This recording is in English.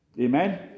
Amen